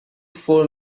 four